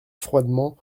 froidement